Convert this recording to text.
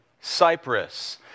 Cyprus